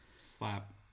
Slap